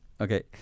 okay